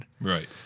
Right